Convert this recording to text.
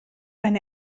eine